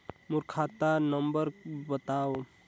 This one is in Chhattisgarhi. मोर खाता नम्बर बताव?